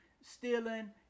stealing